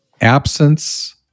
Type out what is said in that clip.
absence